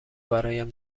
برایم